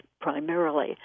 primarily